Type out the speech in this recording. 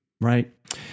right